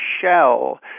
shell